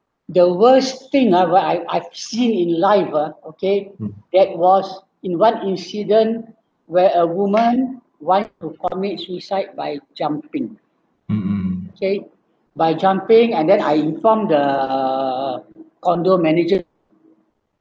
the worse thing ah I I've seen in life ah okay that was in one incident where a woman want to commit suicide by jumping K by jumping and then I informed the condo manager